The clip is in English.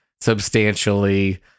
substantially